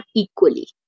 equally